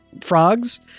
frogs